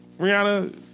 Rihanna